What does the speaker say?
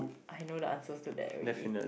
I know the answers to that already